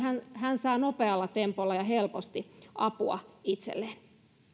hän saa nopealla tempolla ja helposti apua itselleen